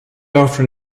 after